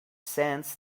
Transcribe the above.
sends